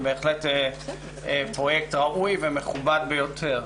בהחלט פרויקט ראוי ומכובד ביותר.